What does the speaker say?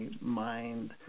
mind